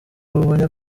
babonye